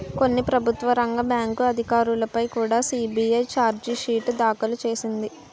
కొన్ని ప్రభుత్వ రంగ బ్యాంకు అధికారులపై కుడా సి.బి.ఐ చార్జి షీటు దాఖలు చేసింది